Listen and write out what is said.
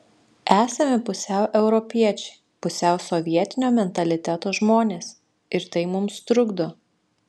esame pusiau europiečiai pusiau sovietinio mentaliteto žmonės ir tai mums trukdo